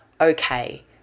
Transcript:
okay